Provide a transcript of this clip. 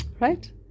right